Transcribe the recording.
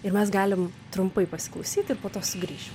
ir mes galim trumpai pasiklausyti po to sugrįšim